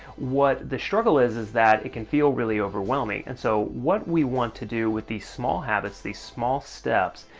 what the struggle is, is that it can feel really overwhelming. and so what we want to do with these small habits, these small steps,